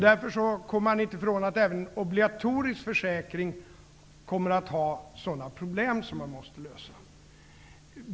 Därför kommer man inte ifrån att även en obligatorisk försäkring kommer att ha problem som man måste lösa.